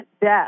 death